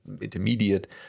intermediate